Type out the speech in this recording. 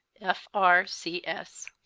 f r c s.